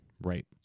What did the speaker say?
right